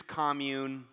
commune